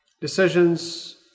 Decisions